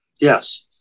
Yes